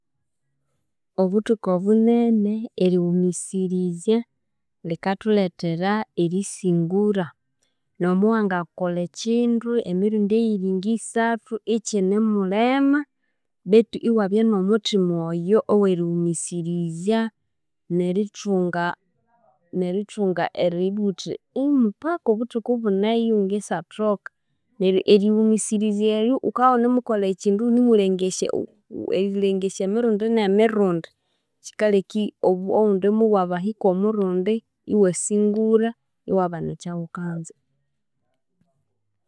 Obuthuku obunene eriwumisirizya likathulhethera erisingura, n'omuwangakolha ekindu emirundi eyiri ngisathu ikinemulhema, betu iwabya n'omuthima oyo ow'eriwumisirizya n'erithungaa n'erithunga eribugha wuthi mupaka obuthuku buneyo ngisathoka, neryo eriwumisirizya eryo wukabya iwunemukolha ekindu iwunemulengesya erilhengesya emirundi n'emirundi kikalheka obu owundi iwabahikwa owundi murundi iwasingura, iwabana ekyawukanza.